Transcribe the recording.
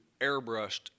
airbrushed